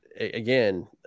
again